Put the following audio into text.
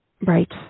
Right